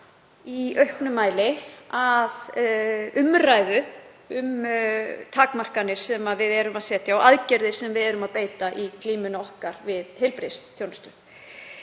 í auknum mæli að umræðu um takmarkanir sem við erum að setja og aðgerðir sem við erum að beita í glímu okkar við vanda í heilbrigðisþjónustu.